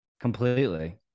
Completely